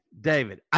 David